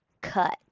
cut